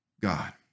God